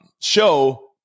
show